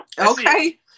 Okay